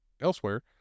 Elsewhere